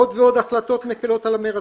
עוד ועוד החלטות מקלות על המרצחים,